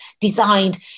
designed